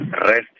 rest